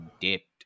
Dipped